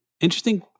interesting